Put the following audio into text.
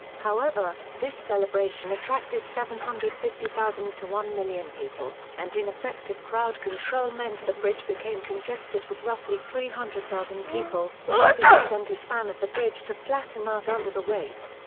however, this celebration attracted seven hundred and fifty thousand to one million people, and ineffective crowd control meant the bridge became congested with roughly three hundred thousand people, causing the center span of the bridge to flatten out under the weight.